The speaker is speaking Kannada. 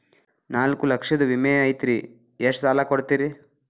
ನಾಲ್ಕು ಲಕ್ಷದ ವಿಮೆ ಐತ್ರಿ ಎಷ್ಟ ಸಾಲ ಕೊಡ್ತೇರಿ?